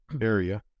area